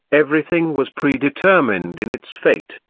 everything was predetermined in its fate.